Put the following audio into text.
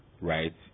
right